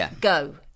go